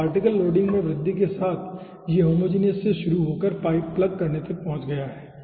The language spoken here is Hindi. तो पार्टिकल लोडिंग में वृद्धि के साथ यह होमोजीनियस से शुरू हो कर पाइप प्लग करने तक पहुंच चुका है